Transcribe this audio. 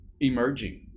emerging